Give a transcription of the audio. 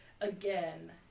again